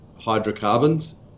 hydrocarbons